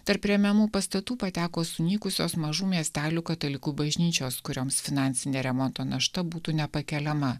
tarp remiamų pastatų pateko sunykusios mažų miestelių katalikų bažnyčios kurioms finansinė remonto našta būtų nepakeliama